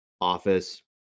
office